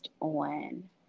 on